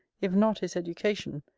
if not his education,